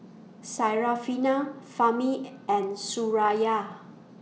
Syarafina Fahmi and Suraya